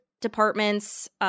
departments